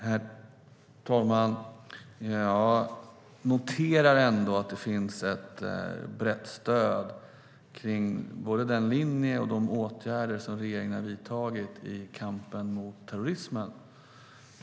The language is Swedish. Herr talman! Jag noterar ändå att det finns ett brett stöd kring både linjen och de åtgärder som regeringen har vidtagit i kampen mot terrorismen.